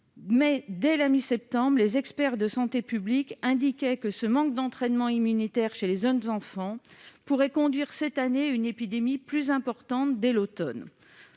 Mais, dès la mi-septembre, les experts de Santé publique France indiquaient que ce manque d'entraînement immunitaire chez les jeunes enfants pourrait conduire, cette année, à une épidémie plus importante, dès l'automne.